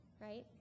right